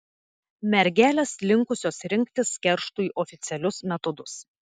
mergelės linkusios rinktis kerštui oficialius metodus